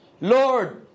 Lord